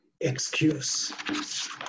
excuse